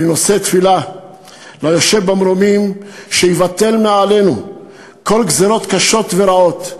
אני נושא תפילה ליושב במרומים שיבטל מעלינו כל גזירות קשות ורעות,